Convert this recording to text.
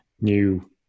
new